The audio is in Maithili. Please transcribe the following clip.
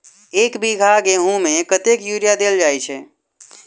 एक बीघा गेंहूँ मे कतेक यूरिया देल जाय छै?